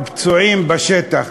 פצועים בשטח,